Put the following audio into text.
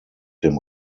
dem